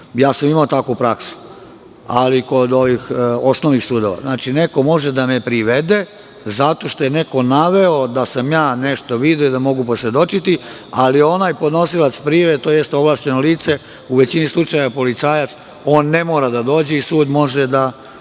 Imao sam takvu praksu, ali kod osnovnih sudova. Znači, neko može da me privede zato što je neko naveo da sam ja nešto video i da mogu posvedočiti, ali onaj podnosilac prijave tj. ovlašćeno lice, u većini slučajeva policajac, on ne mora da dođe i sud može da